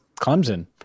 Clemson